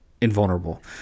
invulnerable